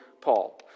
Paul